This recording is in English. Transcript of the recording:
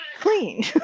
clean